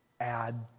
add